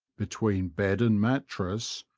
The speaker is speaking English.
between bed and mattrass,